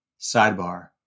Sidebar